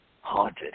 Haunted